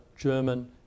German